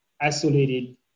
isolated